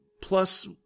plus